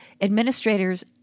administrators